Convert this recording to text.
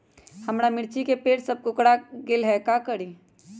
हमारा मिर्ची के पेड़ सब कोकरा गेल का करी?